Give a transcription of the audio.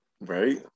Right